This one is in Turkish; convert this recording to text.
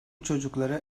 çocukları